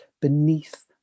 beneath